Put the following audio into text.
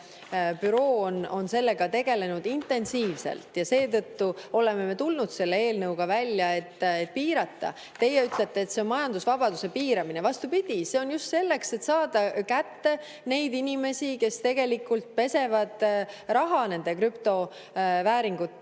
büroo on sellega tegelenud intensiivselt ja seetõttu oleme me tulnud selle eelnõuga välja, et piirata. Teie ütlete, et see on majandusvabaduse piiramine. Vastupidi, see on just selleks, et saada kätte neid inimesi, kes tegelikult pesevad raha nende krüptovääringute